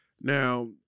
Now